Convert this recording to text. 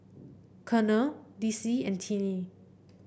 Colonel Dicy and Tinnie